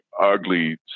ugly